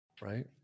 Right